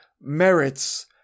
merits